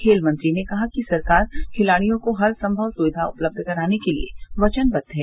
खेल मंत्री ने कहा कि सरकार खिलाड़ियों को हरसंभव सुविधा उपलब्ध कराने के लिए वचनबद्ध है